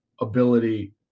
ability